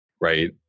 right